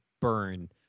burn